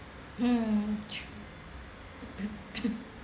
mm true true